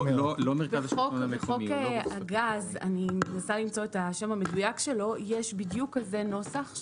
בחוק משק הגז הטבעי יש בדיוק כזה נוסח,